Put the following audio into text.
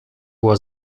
była